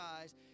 eyes